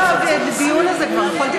עם כל הדיון הזה כבר יכולתי לסיים.